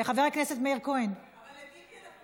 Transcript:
חבר הכנסת מאיר כהן, בבקשה.